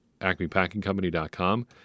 AcmePackingCompany.com